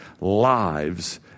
lives